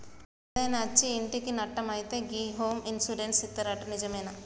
ఏదైనా అచ్చి ఇంటికి నట్టం అయితే గి హోమ్ ఇన్సూరెన్స్ ఇత్తరట నిజమేనా